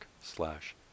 slash